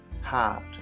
heart